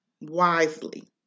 wisely